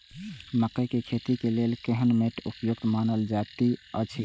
मकैय के खेती के लेल केहन मैट उपयुक्त मानल जाति अछि?